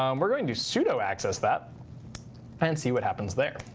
um we're going to sudo access that and see what happens there.